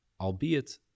albeit